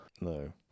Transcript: no